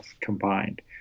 combined